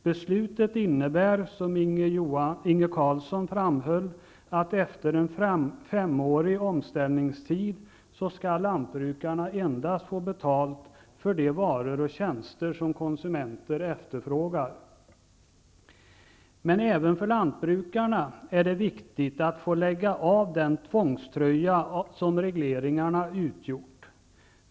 Beslutet innebär, som Inge Carlsson framhöll, att lantbrukarna efter en femårig omställningstid endast skall få betalt för de varor och tjänster som konsumenter efterfrågar. Men även för lantbrukarna är det viktigt att få lägga av den tvångströja som regleringarna utgjort.